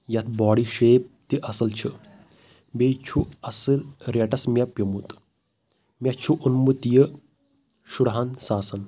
یتھ body shape تہِ اصل چھےٚ بیٚیہِ چھُ اصل ریٹس مےٚ پیومُت مےٚ چھُ اونمُت یہِ شُرہن ساسن